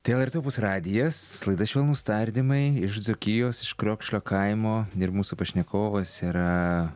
tai lrt opus radijas radijas laida švelnūs tardymai iš dzūkijos iš kriokšlio kaimo ir mūsų pašnekovas yra